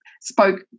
spoke